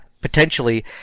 potentially